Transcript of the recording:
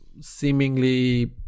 seemingly